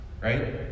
right